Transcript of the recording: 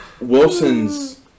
Wilson's